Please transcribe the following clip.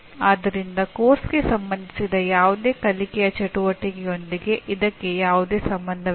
ಆದ್ದರಿಂದ ಪಠ್ಯಕ್ರಮಕ್ಕೆ ಸಂಬಂಧಿಸಿದ ಯಾವುದೇ ಕಲಿಕೆಯ ಚಟುವಟಿಕೆಯೊಂದಿಗೆ ಇದಕ್ಕೆ ಯಾವುದೇ ಸಂಬಂಧವಿಲ್ಲ